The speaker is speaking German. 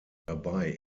dabei